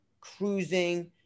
cruising